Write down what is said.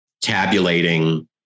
tabulating